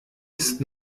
ist